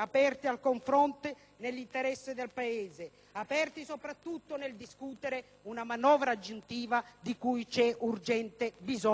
aperti al confronto nell'interesse dell'Italia, aperti soprattutto nel discutere una manovra aggiuntiva di cui c'è urgente bisogno nel nostro Paese.